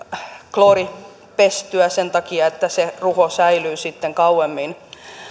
klooripestyä sen takia että se ruho säilyy sitten kauemmin